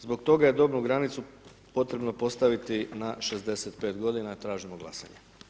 Zbog toga je dobnu granicu potrebno postaviti na 65 godina i tražimo glasanje.